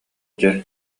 дьэ